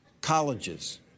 Colleges